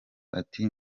ati